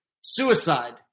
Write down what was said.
suicide